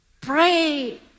pray